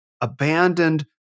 abandoned